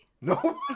No